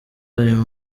aya